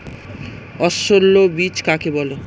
অসস্যল বীজ কাকে বলে?